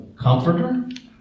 comforter